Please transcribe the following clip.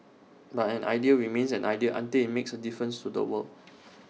but an idea remains an idea until IT makes A difference to the world